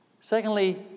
Secondly